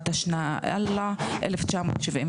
התשל"א-1971.